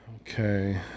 Okay